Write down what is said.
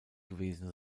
gewesen